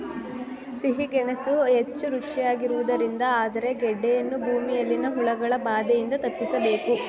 ಸಿಹಿ ಗೆಣಸು ಹೆಚ್ಚು ರುಚಿಯಾಗಿರುವುದರಿಂದ ಆದರೆ ಗೆಡ್ಡೆಯನ್ನು ಭೂಮಿಯಲ್ಲಿನ ಹುಳಗಳ ಬಾಧೆಯಿಂದ ತಪ್ಪಿಸಬೇಕು